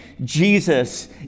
Jesus